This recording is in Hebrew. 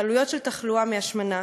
העלויות של תחלואה מהשמנה.